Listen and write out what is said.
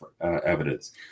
evidence